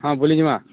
ହଁ ବୁଲିଯିମା